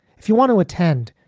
if you want to attend,